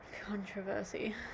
Controversy